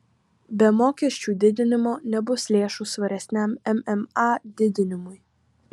be mokesčių didinimo nebus lėšų svaresniam mma didinimui